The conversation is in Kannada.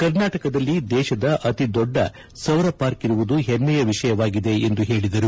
ಕರ್ನಾಟಕದಲ್ಲಿ ದೇಶದ ಅತಿದೊಡ್ಡ ಸೌರಪಾರ್ಕ್ ಇರುವುದು ಹೆಮ್ಮೆಯ ವಿಷಯವಾಗಿದೆ ಎಂದು ಹೇಳಿದರು